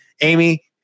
Amy